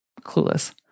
clueless